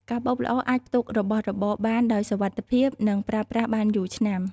កាបូបល្អអាចផ្ទុករបស់របរបានដោយសុវត្ថិភាព និងប្រើប្រាស់បានយូរឆ្នាំ។